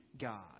god